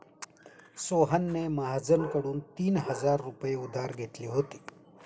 सोहनने महाजनकडून तीन हजार रुपये उधार घेतले होते